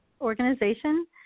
Organization